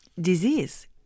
Disease